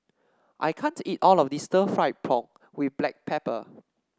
I can't eat all of this stir fry pork with Black Pepper